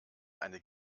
eine